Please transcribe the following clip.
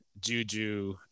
Juju